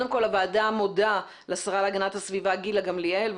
הוועדה מודה לשרה להגנת הסביבה גילה גמליאל,